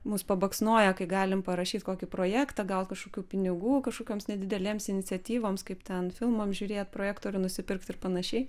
mus pabaksnoja kai galim parašyt kokį projektą galut kažkokių pinigų kažkokioms nedidelėms iniciatyvoms kaip ten filmam žiūrėt projektorių nusipirkt ir panašiai